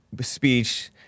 speech